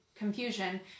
Confusion